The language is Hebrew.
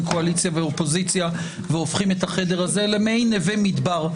קואליציה ואופוזיציה והופכים את החדר הזה למעין נווה מדבר.